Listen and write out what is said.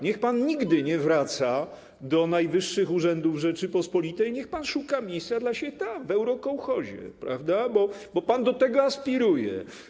Niech pan nigdy nie wraca do najwyższych urzędów Rzeczypospolitej, niech pan szuka miejsca dla siebie tam, w eurokołchozie, prawda, bo pan do tego aspiruje.